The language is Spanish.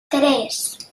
tres